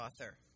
author